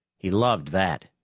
he loved that,